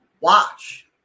watch